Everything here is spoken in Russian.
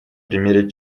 примере